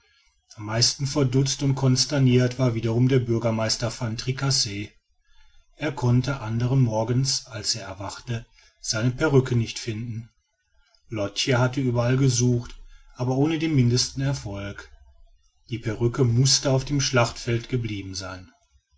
am meisten verdutzt und consternirt war wiederum der bürgermeister van tricasse er konnte andern morgens als er erwachte seine perrücke nicht finden lotch hatte überall gesucht aber ohne den mindesten erfolg die perrücke mußte auf dem schlachtfelde geblieben sein